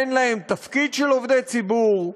אין להם תפקיד של עובדי ציבור.